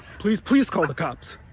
please, please call the cops.